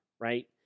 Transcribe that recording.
right